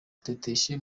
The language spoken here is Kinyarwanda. muteteshe